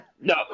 no